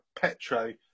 Petro